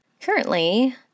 currently